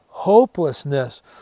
hopelessness